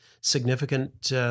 significant